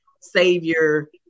savior